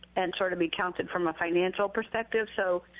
and sort of be counted from a financial perspective. so,